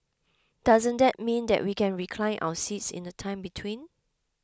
doesn't that mean that we can recline our seats in the time between